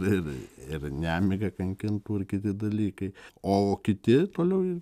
ir ir nemiga kankintų ir kiti dalykai o kiti toliau